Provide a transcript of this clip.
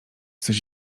coś